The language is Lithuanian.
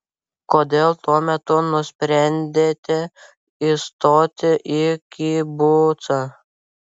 kodėl tuo metu nusprendėte įstoti į kibucą